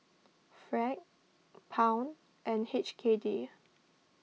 franc pound and H K D